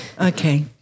Okay